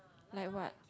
like what